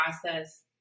process